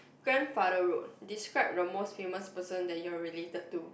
grandfather road this quite the most famous person that you are related to